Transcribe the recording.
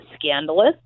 scandalous